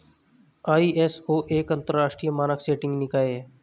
ISO एक अंतरराष्ट्रीय मानक सेटिंग निकाय है